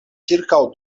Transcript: ĉirkaŭ